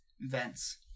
vents